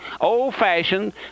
old-fashioned